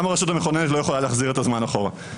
גם הרשות המכוננת לא יכולה להחזיר את הזמן אחורה.